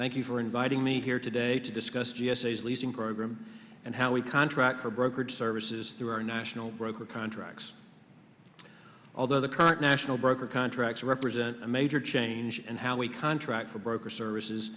you for inviting me here today to discuss g s a is leasing program and how we contract for brokerage services through our national broker contracts although the current national broker contracts represent a major change in how we contract for broker services